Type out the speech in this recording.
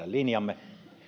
linjamme